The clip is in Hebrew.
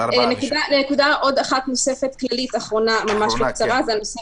נקודה נוספת כללית אחרונה ממש בקצרה זה הנושא